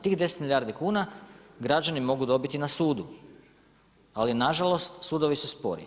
Tih 10 milijardi kuna građani mogu dobiti na sudu ali nažalost, sudovi su spori.